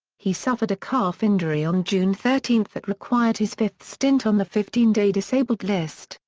he suffered a calf injury on june thirteen that required his fifth stint on the fifteen day disabled list,